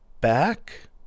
back